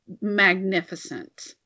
magnificent